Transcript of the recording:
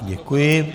Děkuji.